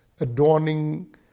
adorning